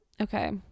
okay